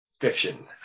fiction